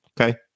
okay